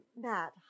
Matt